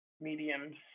mediums